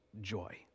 joy